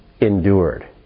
endured